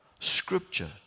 scripture